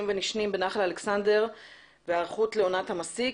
ונשנים בנחל אלכסנדר וההיערכות לעונת המסיק,